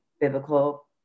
biblical